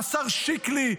והשר שיקלי,